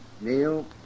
Neil